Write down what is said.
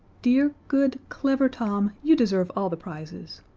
dear good, clever tom, you deserve all the prizes.